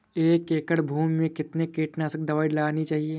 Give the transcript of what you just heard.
एक एकड़ भूमि में कितनी कीटनाशक दबाई लगानी चाहिए?